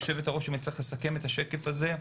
אם צריך לשקף את השקף הזה,